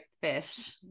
fish